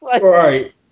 Right